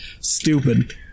stupid